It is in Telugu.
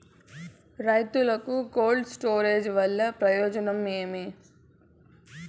రైతుకు కోల్డ్ స్టోరేజ్ వల్ల ప్రయోజనం ఏమి?